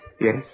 Yes